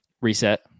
reset